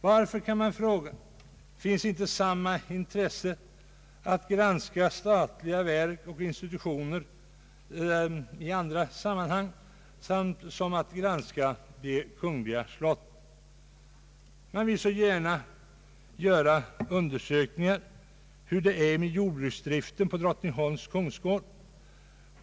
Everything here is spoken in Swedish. Varför finns inte samma intresse att granska statliga verk och institutioner i andra sammanhang som det finns att granska de kungliga slotten? Man vill så gärna undersöka hur det är med joråbruksdriften på «Drottningholms kungsgård.